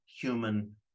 human